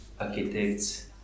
architects